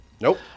Nope